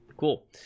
Cool